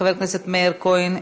חבר הכנסת מאיר כהן,